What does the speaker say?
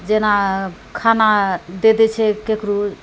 जेना खाना दऽ दै छै ककरो